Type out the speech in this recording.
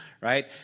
right